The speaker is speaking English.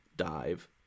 dive